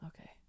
Okay